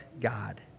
God